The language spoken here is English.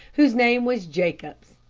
whose name was jacobs.